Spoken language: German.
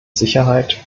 sicherheit